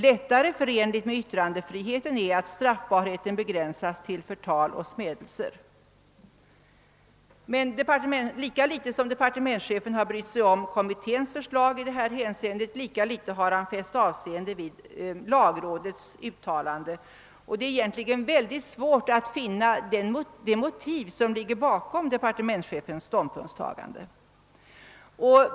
Lättare förenligt med: yttrandefriheten är att straffbarheten begränsas till förtal och smädelser.» Lika litet som departementschefen har brytt sig om kommitténs förslag i det här hänseendet, lika litet har han fäst avseende vid lagrådets uttalande. Det är egentligen svårt att finna de motiv 'som ligger bakom departementschefens ståndpunktstagande.